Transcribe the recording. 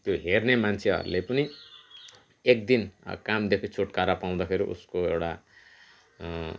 त्यो हेर्ने मान्छेहरूले पनि एक दिन कामदेखि छुटकारा पाउँदाखेरि उसको एउटा